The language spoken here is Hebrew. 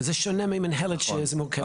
זה שונה ממינהלת שיזמו.